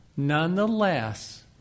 Nonetheless